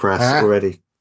already